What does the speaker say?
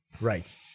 right